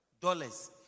Dollars